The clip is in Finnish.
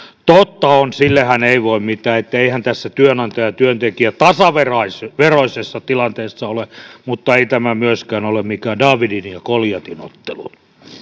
totta on sillehän ei voi mitään että eihän tässä työnantaja ja työntekijä tasaveroisessa tilanteessa ole mutta ei tämä myöskään ole mikään daavidin ja goljatin ottelu